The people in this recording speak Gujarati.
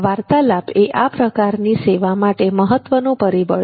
વાર્તાલાપ એ આ પ્રકારની સેવા માટે મહત્વનું પરિબળ છે